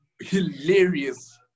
hilarious